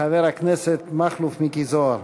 חבר הכנסת מכלוף מיקי זוהר.